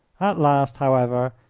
at last, however,